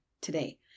today